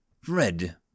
Fred